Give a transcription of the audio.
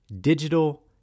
digital